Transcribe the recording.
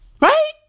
Right